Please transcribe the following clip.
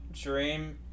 Dream